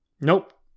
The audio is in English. nope